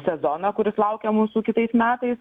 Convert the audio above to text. sezoną kuris laukia mūsų kitais metais